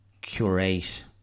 curate